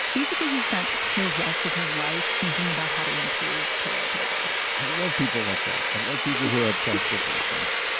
basically, he spent the rest of his life thinking about how to improve toilet paper i love people like that. i love people who are obsessed with these things.